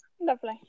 Lovely